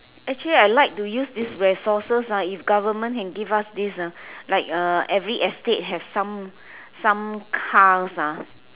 actually I like to use this resources ah if government can give us this ah like uh every estate have some cars ah